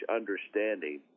understanding